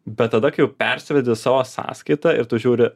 bet tada kai jau persivedi į savo sąskaitą ir tu žiūri